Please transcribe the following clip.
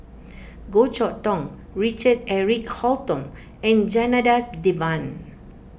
Goh Chok Tong Richard Eric Holttum and Janadas Devan